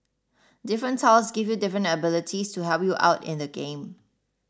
different tiles give you different abilities to help you out in the game